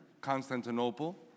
Constantinople